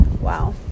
wow